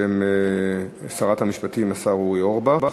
בשם שרת המשפטים, השר אורי אורבך.